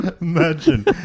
Imagine